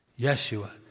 Yeshua